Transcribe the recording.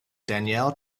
danielle